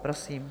Prosím.